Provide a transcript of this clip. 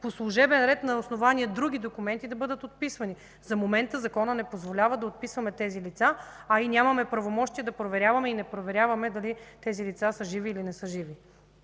по служебен ред на основание други документи да бъдат отписвани. За момента законът не позволява да отписваме тези лица, а и нямаме правомощия да проверяваме, и не проверяваме дали тези лица са живи, или не са живи.